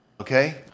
okay